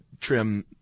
trim